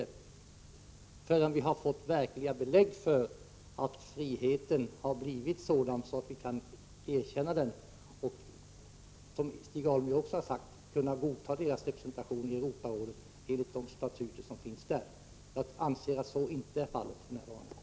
Vi skall inte förrän vi har fått verkliga belägg för att frihet skapats godta det landets representation i Europarådet, som Stig Alemyr sade, enligt dettas statuter. Jag anser att så inte är fallet för närvarande.